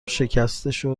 شکستشو